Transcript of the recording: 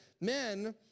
men